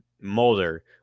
Mulder